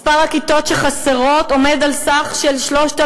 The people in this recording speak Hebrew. מספר הכיתות החסרות עומד על 3,055,